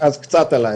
אז קצת עליי,